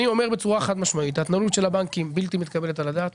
אני אומר בצורה חד משמעית: ההתנהגות של הבנקים בלתי מתקבלת על הדעת.